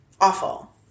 Awful